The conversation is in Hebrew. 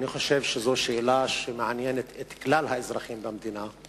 אני חושב שזאת שאלה שמעניינת את כלל האזרחים במדינה,